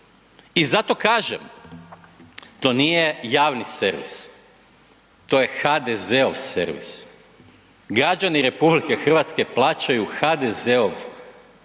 I zato kažem, to nije javni servis, to je HDZ-ov servis. Građani RH plaćaju HDZ-ov i servis